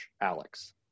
alex